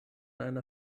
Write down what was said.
einer